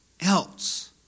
else